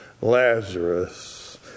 Lazarus